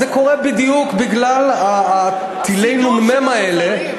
אז זה קורה בדיוק בגלל טילי הנ"מ האלה,